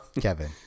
Kevin